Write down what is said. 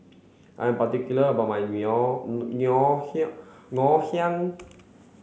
I'm particular about my Ngoh Ngoh Hiang Ngoh Hiang